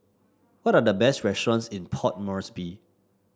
what are the best restaurants in Port Moresby